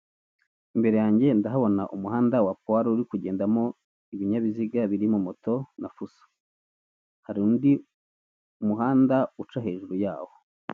Imbere yanjye ndahabona umuhanda wa polo uri kugendamo ibinyabiziga birimo moto na fusa hari undi muhanda uca hejuru yawo.